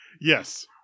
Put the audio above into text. Yes